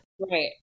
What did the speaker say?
Right